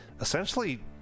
essentially